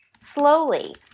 slowly